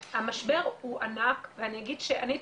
המשבר הוא ענק ואני אגיד שאני הייתי